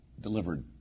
delivered